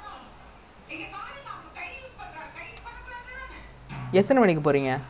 no no but okay actually we can like everything you think about because like um